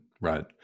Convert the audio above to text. Right